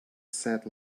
sad